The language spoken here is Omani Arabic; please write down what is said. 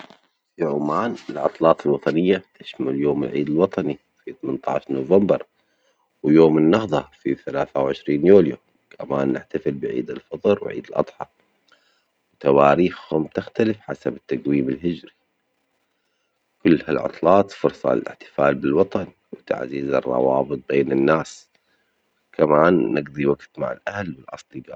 في عمان العطلات الوطنية تشمل يوم العيد الوطني في تمنتاش نوفمبر، ويوم النهضة في ثلاثة وعشرين يوليو، كمان نحتفل بعيد الفطر وعيد الأضحى، تواريخهم تختلف حسب التجويم الهجري كل هالعطلات فرصة للاحتفال بالوطن وتعزيز الروابط بين الناس، كما أن نجضي وجت مع الأهل والأصدجاء.